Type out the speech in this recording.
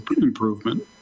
improvement